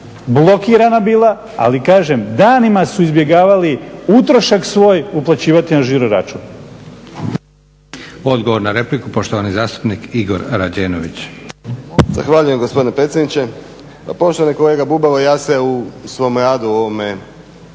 blokirana bila, ali kažem, danima su izbjegavali utrošak svoj uplaćivati na žiro račun.